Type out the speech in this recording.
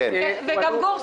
--- גור,